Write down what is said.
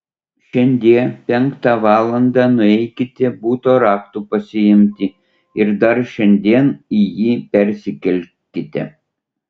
šiandie penktą valandą nueikite buto raktų pasiimti ir dar šiandien į jį persikelkite